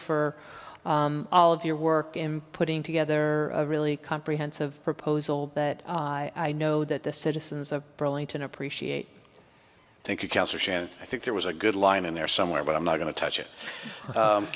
for all of your work in putting together a really comprehensive proposal but i know that the citizens of burlington appreciate thank you i think there was a good line in there somewhere but i'm not going to touch it